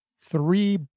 three